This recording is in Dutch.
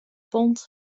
pond